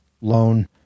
loan